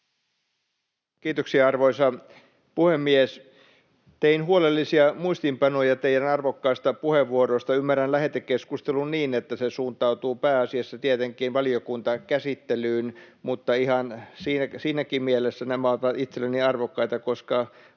Kiitoksia, arvoisa puhemies! Tein huolellisia muistiinpanoja teidän arvokkaista puheenvuoroistanne. Ymmärrän lähetekeskustelun niin, että se suuntautuu pääasiassa tietenkin valiokuntakäsittelyyn, mutta ihan siinäkin mielessä nämä ovat itselleni arvokkaita, koska